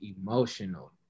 emotional